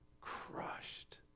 crushed